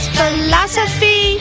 philosophy